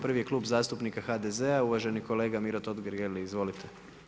Prvi je Klub zastupnika HDZ-a uvaženi kolega Miro Totgergeli, izvolite.